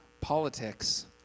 Politics